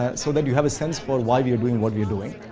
ah so, that you have a sense for why we're doing what we're doing.